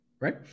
right